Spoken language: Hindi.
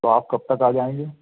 तो आप कब तक आ जाएँगी